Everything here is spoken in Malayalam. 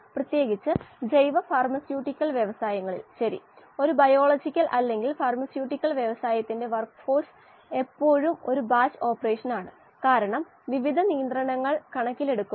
അതാണു ഈ സമവാക്യത്തിന്റെ അർത്ഥം നമ്മൾ മൊത്തത്തിൽ സമതുലിത വക്രത്തിന്റെ രേഖീയത നോക്കി ആ ചെറിയ ഭാഗത്ത് yAi യും xAi യും തമ്മിലുള്ള ഒരു രേഖീയ ബന്ധം ആണ് നോക്കുന്നത്